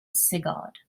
sigurd